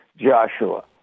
Joshua